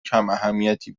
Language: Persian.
کماهمیتی